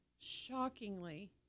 Shockingly